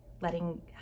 letting